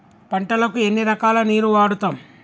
పంటలకు ఎన్ని రకాల నీరు వాడుతం?